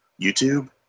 YouTube